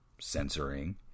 censoring